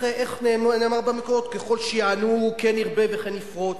איך נאמר במקורות: ככל שיענוהו כן ירבה וכן יפרוץ.